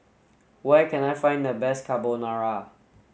where can I find the best Carbonara